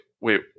wait